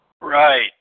Right